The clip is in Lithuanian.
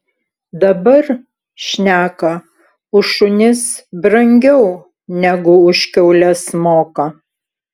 dabar šneka už šunis brangiau negu už kiaules moka